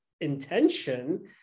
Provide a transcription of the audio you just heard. intention